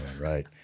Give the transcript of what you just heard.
right